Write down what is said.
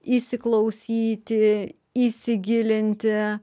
įsiklausyti įsigilinti